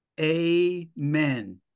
amen